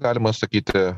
galima sakyti